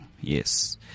yes